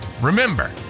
remember